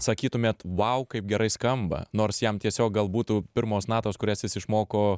sakytumėt vau kaip gerai skamba nors jam tiesiog gal būtų pirmos natos kurias jis išmoko